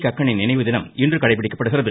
கக்கனின் நினைவுதினம் இன்று கடைப்பிடிக்கப்படுகிறது